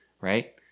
Right